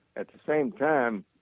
at the same time,